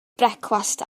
brecwast